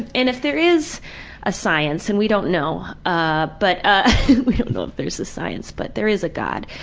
and if there is a science and we don't know, ah, but, ah, we don't know if there's a science but there is a god.